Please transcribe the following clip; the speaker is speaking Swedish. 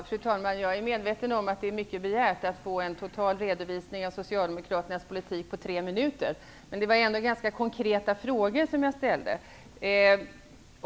Fru talman! Jag är medveten om att det är mycket begärt att få en total redovisning av Socialdemokraternas politik på tre minuter. Men det var ändå ganska konkreta frågor som jag ställde.